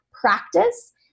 practice